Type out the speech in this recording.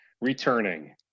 returning